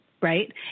right